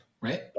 right